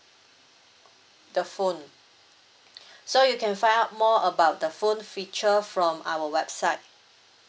the phone so you can find out more about the phone feature from our website